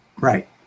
Right